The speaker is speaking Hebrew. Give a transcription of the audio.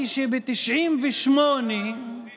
שב-1998, ממשלה